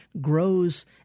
grows